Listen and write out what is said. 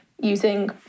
using